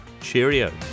Cheerio